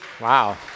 Wow